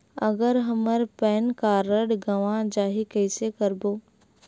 अगर हमर PAN card गवां जाही कइसे करबो?